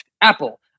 Apple